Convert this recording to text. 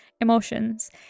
emotions